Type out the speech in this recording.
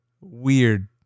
weird